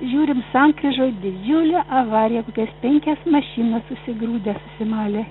žiūrim sankryžoj didžiulė avarija penkios mašinos susigrūdę susimalę